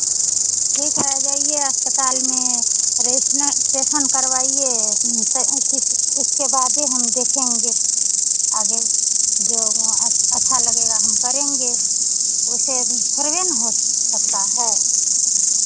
ठीक है जाइए अस्पताल में रजिस्ट्रेशन करवाइए उसके बादे हम देखेंगे आगे जो अच्छा लगेगा हम करेंगे वैसे थोड़िए ना हो सकता है